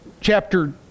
chapter